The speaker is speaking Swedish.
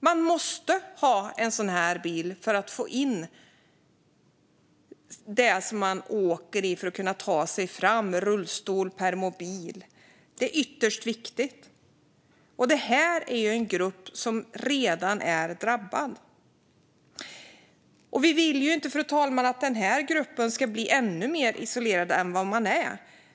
Man måste ha den för att få plats med den rullstol eller permobil som man behöver för att kunna ta sig fram. Det är ytterst viktigt. Detta är en grupp som redan är drabbad. Vi vill inte att denna grupp ska bli än mer isolerad.